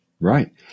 Right